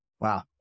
Wow